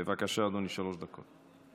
בבקשה, אדוני, שלוש דקות.